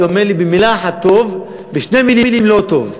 הוא אומר לי: במילה אחת, טוב, בשתי מילים, לא טוב.